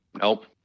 Nope